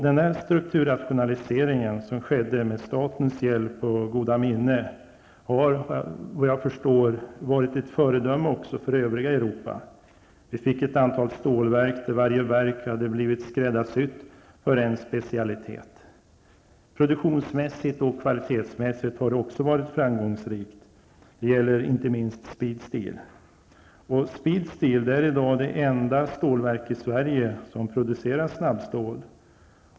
Denna strukturrationalisering, som skedde med statens hjälp och goda minne har, såvitt jag förstår, varit ett föredöme för övriga Europa. Vi fick ett antal stålverk där varje verk var skräddarsytt för en specialitet. Produktionsmässigt och kvalitetsmässigt har företagen varit framgångsrika. Det gäller inte minst Kloster Kloster Speedsteel är i dag det enda stålverk i Sverige som producerar snabbstål.